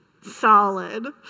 Solid